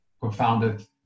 co-founded